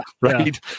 Right